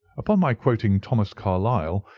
upon my quoting thomas carlyle,